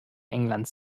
englands